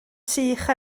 sych